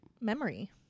memory